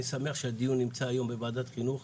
אני שמח שהדיון נמצא היום בוועדת חינוך.